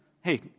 hey